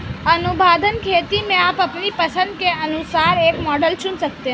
अनुबंध खेती में आप अपनी पसंद के अनुसार एक मॉडल चुन सकते हैं